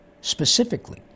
specifically